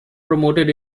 promoted